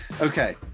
Okay